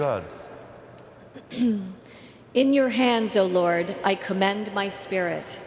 god in your hands oh lord i commend my spirit